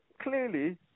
Clearly